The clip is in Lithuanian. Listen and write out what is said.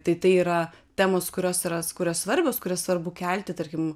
tai tai yra temos kurios yra kurios svarbios kurias svarbu kelti tarkim